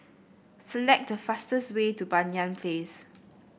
select the fastest way to Banyan Place